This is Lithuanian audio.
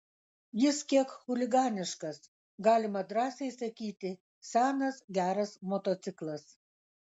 jis kiek chuliganiškas galima drąsiai sakyti senas geras motociklas